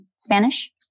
Spanish